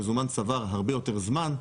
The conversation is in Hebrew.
המזומן צבר הרבה יותר זמן.